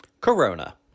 Corona